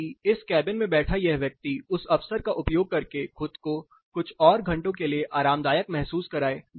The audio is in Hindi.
ताकि इस केबिन में बैठा यह व्यक्ति उस अवसर का उपयोग करके खुदको कुछ और घंटों के लिए आरामदायक महसूस कराए